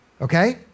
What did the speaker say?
okay